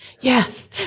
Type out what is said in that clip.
Yes